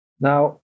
now